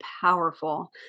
powerful